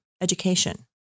education